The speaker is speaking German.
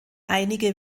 einige